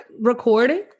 recording